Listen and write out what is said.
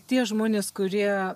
tie žmonės kurie